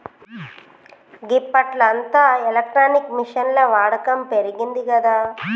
గిప్పట్ల అంతా ఎలక్ట్రానిక్ మిషిన్ల వాడకం పెరిగిందిగదా